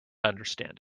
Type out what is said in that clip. understand